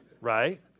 right